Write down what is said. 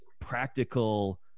practical